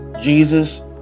Jesus